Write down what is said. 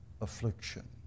affliction